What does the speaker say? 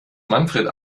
manfred